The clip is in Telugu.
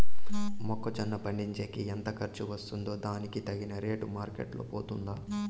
మొక్క జొన్న పండించేకి ఎంత ఖర్చు వస్తుందో దానికి తగిన రేటు మార్కెట్ లో పోతుందా?